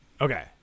okay